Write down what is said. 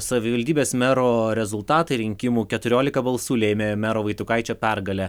savivaldybės mero rezultatai rinkimų keturiolika balsų lėmė mero vaitukaičio pergalę